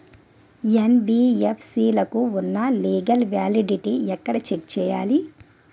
NBFC లకు ఉన్నా legal validity ఎక్కడ చెక్ చేయాలి?